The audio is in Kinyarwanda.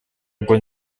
ngo